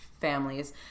families